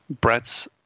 brett's